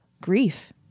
grief